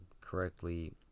correctly